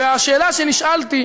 והשאלה שנשאלתי,